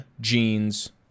Jeans